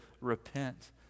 repent